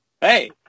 hey